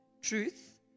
Truth